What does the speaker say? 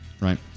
Right